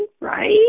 right